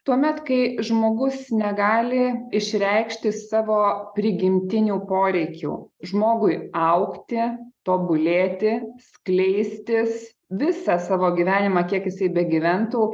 tuomet kai žmogus negali išreikšti savo prigimtinių poreikių žmogui augti tobulėti skleistis visą savo gyvenimą kiek jisai begyventų